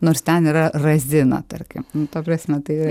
nors ten yra razina tarkim ta prasme tai